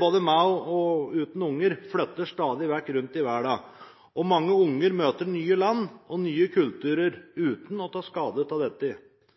både med og uten unger, flytter stadig vekk rundt i verden, og mange unger møter nye land og nye kulturer uten å ta skade av dette.